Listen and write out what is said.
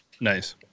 Nice